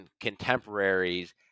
contemporaries